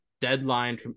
Deadline